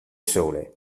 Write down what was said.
sole